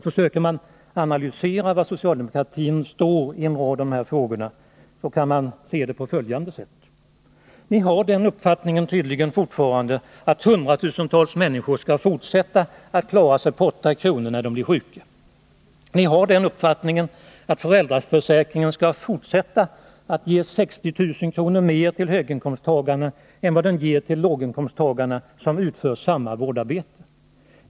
Försöker man analysera var socialdemokratin står i dessa frågor, kan det se ut på följande sätt: Ni har tydligen fortfarande den uppfattningen att hundratusentals människor skall fortsätta att klara sig på 8 kr. om dagen när de är sjuka. Ni har den uppfattningen att föräldraförsäkringen skall fortsätta att ge 60 000 kr. mer till höginkomsttagarna än till låginkomsttagarna som utför samma vårdarbete.